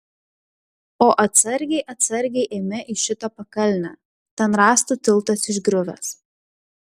o atsargiai atsargiai eime į šitą pakalnę ten rąstų tiltas išgriuvęs